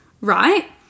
right